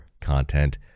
content